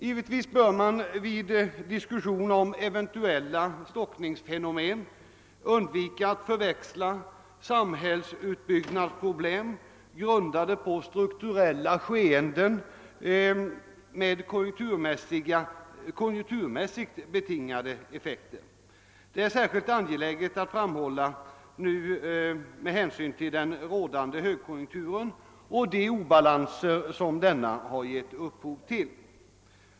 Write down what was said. | Givetvis bör man vid diskussion om eventuella stockningsfenomen undvika att förväxla samhällsutbyggnadsproblem, som grundar sig på strukturella skeenden, med konjunkturmässigt betingade effekter. Det är särskilt angeläget att framhålla detta med hänsyn till den rådande. högkonjunkturen och. de obalanser som denna gett upphov till.